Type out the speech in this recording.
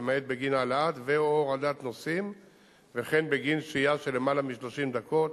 למעט בגין העלאת ו/או הורדת נוסעים וכן בגין שהייה של למעלה מ-30 דקות